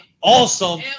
Awesome